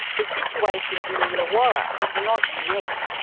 the situation in the illawarra is not unique.